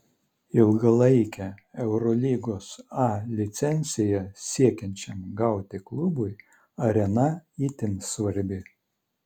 ilgalaikę eurolygos a licenciją siekiančiam gauti klubui arena itin svarbi